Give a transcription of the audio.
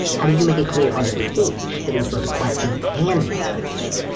how did you make it clear on the page that it was both a question and and exclamation?